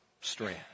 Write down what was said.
strand